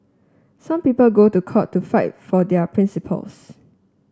some people go to court to fight for their principles